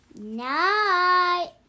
Night